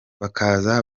bakaza